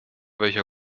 welcher